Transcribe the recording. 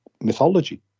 mythology